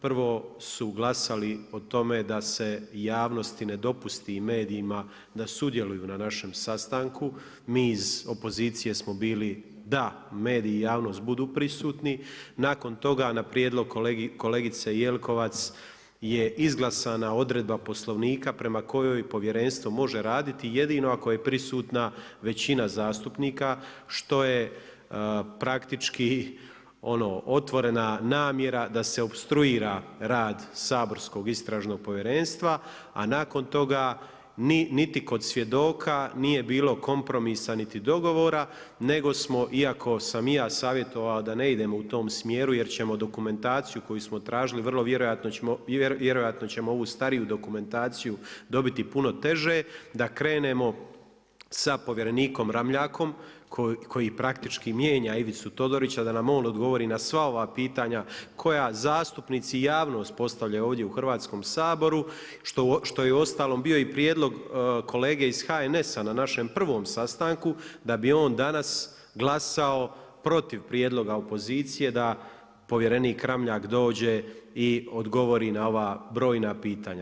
Prvo su glasali o tome da se javnosti ne dopusti i medijima da sudjeluju na našem sastanku, mi iz opozicije smo bili da mediji i javnost budu prisutni, nakon toga na prijedlog kolegice Jelkovac je izglasana odredba Poslovnika prema kojoj povjerenstvo može raditi jedino ako je prisutna većina zastupnika što je praktički otvorena namjera da se opstruira rad saborskog Istražnog povjerenstva a nakon toga ni niti kod svjedoka nije kompromisa niti dogovora nego smo, iako sam i ja savjetovao da ne idemo u tom smjeru jer ćemo dokumentaciju koju smo tražili vrlo vjerojatno ćemo ovu stariju dokumentaciju dobiti puno teže, da krenemo sa povjerenikom Ramljakom koji praktički mijenja Ivicu Todorića da nam odgovori na sva pitanja koja zastupnici i javnost postavljaju ovdje u Hrvatskom saboru, što je uostalom bio i prijedlog kolege iz HNS-a na našem prvom sastanku da bi on danas glasao protiv prijedloga opozicije da povjerenik Ramljak dođe i odgovori na ova brojna pitanja.